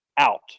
out